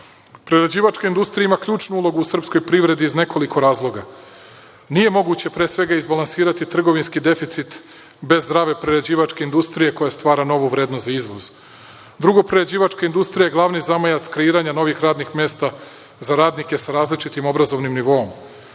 rast. Prerađivačka industrija ima ključnu ulogu u srpskoj privredi iz nekoliko razloga. Nije moguće pre svega izbalansirati trgovinski deficit bez zdrave prerađivačke industrije koja stvara novu vrednost za izvoz. Drugo, prerađivačka industrija je glavni zamajac kreiranja novih radnih mesta za radnike sa različitim obrazovnim nivoom.